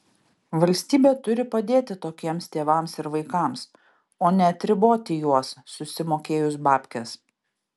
valstybė turi padėti tokiems tėvams ir vaikams o ne atriboti juos susimokėjus babkes